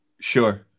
Sure